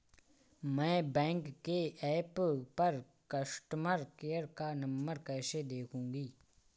मैं बैंक के ऐप पर कस्टमर केयर का नंबर कैसे देखूंगी?